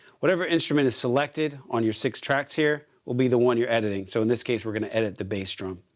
whatever instrument is selected on your six tracks here will be the one you're editing. so in this case, we're going to edit the dass drum.